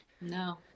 No